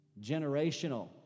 generational